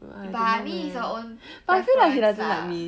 but I mean is your own preference lah